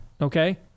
Okay